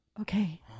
Okay